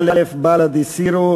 מינהל הבטיחות והבריאות,